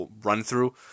run-through